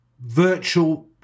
virtual